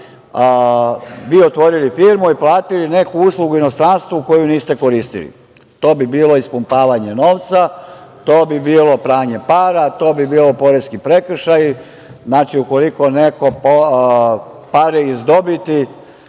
vi otvorili firmu i platili neku uslugu u inostranstvu koju niste koristili. To bi bilo ispumpavanje novca, to bi bilo pranje para, to bi bio poreski prekršaj. Znači, ukoliko neko pare iz dobiti